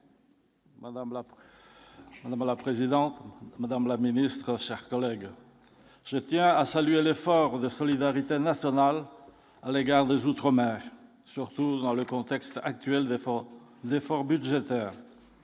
La la présidente, madame la ministre, chers collègues, je tiens à saluer l'effort de solidarité nationale à l'égard des outre-mer, surtout dans le contexte actuel défend d'efforts budgétaires